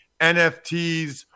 NFTs